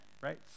Right